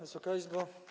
Wysoka Izbo!